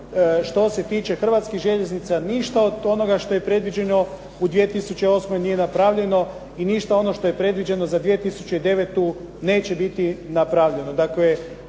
što se tiče Hrvatskih željeznica ništa od onoga što je predviđeno u 2008. nije napravljeno i ništa ono što je predviđeno za 2009. neće biti napravljeno.